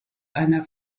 einer